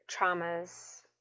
traumas